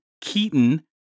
Keaton